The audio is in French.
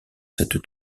cette